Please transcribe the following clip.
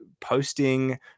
posting